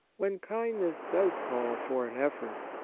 when kind ness does call for an effort,